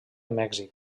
mèxic